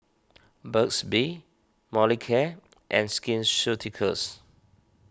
Burt's Bee Molicare and Skin Ceuticals